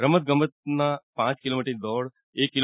રમત ગમતમાં પાંચ કિલોમીટરની દોડ એક કિ